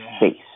face